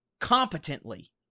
competently